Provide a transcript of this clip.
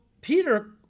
Peter